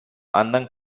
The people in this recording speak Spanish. andan